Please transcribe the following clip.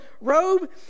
robe